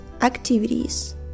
activities